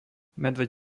medveď